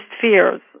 fears